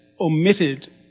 omitted